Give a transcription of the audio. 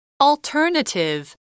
Alternative